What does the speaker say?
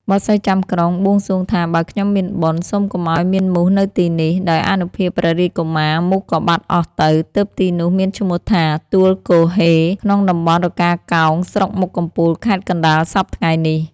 បក្សីចាំក្រុងបួងសួងថា "បើខ្ញុំ មានបុណ្យ សូមកុំឲ្យមានមូសនៅទីនេះ" ដោយអនុភាពព្រះរាជកុមារ មូសក៏បាត់អស់ទៅ ទើបទីនោះមានឈ្មោះថា "ទួលគហ៊េ" ក្នុងតំបន់រកាកោង ស្រុកមុខកំពូលខេត្តកណ្តាលសព្វថៃ្ងនេះ។